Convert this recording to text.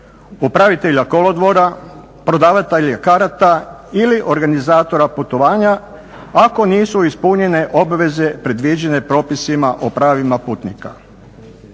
upravitelja kolodvora, prodavatelja karata ili organizatora putovanja ako nisu ispunjene obaveze predviđene propisima o pravima putnika.